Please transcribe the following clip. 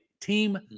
Team